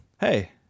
Hey